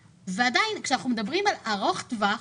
כשאנחנו מדברים על ארוך טווח,